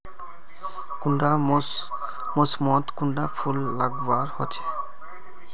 कुंडा मोसमोत कुंडा फुल लगवार होछै?